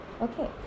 Okay